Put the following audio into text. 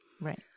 right